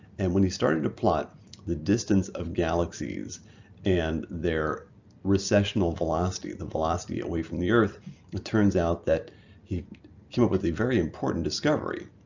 and when he started to plot the distance of galaxies and their recessional velocity the velocity away from the earth it turns out that he came up with a very important discovery.